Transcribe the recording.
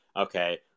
okay